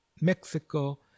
Mexico